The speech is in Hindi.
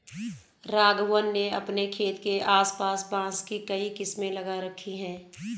राघवन ने अपने खेत के आस पास बांस की कई किस्में लगा रखी हैं